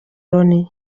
loni